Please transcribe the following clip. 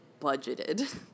budgeted